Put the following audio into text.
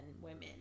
women